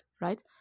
right